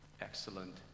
excellent